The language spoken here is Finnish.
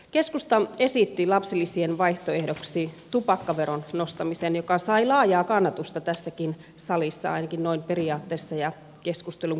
keskusta esitti lapsilisien vaihtoehdoksi tupakkaveron nostamisen joka sai laajaa kannatusta tässäkin salissa ainakin noin periaatteessa ja keskustelun kuluessa